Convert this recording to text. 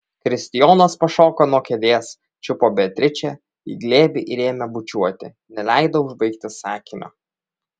kristijonas pašoko nuo kėdės čiupo beatričę į glėbį ir ėmė bučiuoti neleido užbaigti sakinio